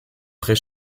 prés